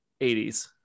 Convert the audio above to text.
80s